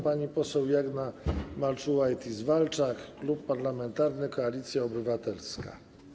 Pani poseł Jagna Marczułajtis-Walczak, Klub Parlamentarny Koalicja Obywatelska.